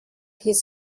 his